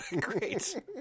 Great